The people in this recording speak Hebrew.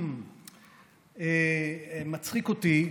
מצחיק אותי,